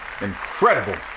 Incredible